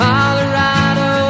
Colorado